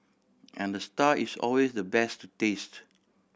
and the star is always the best to taste